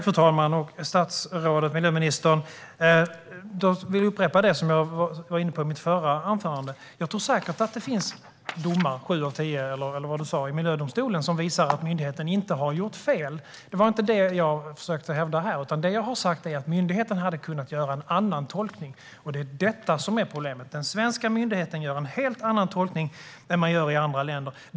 Fru talman! Tack, miljöministern! Jag vill upprepa det som jag var inne på i mitt förra anförande. Jag tror säkert att det finns domar - sju av tio, eller vad du sa - i miljödomstolen som visar att myndigheten inte har gjort fel. Det var inte det jag försökte hävda här. Det jag har sagt är att myndigheten hade kunnat göra en annan tolkning, och det är detta som är problemet. Den svenska myndigheten gör en helt annan tolkning än man gör i andra länder.